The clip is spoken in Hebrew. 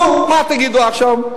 נו, מה תגידו עכשיו?